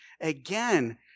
again